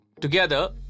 Together